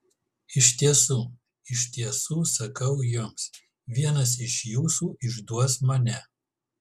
iš tiesų iš tiesų sakau jums vienas iš jūsų išduos mane